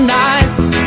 nights